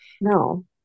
No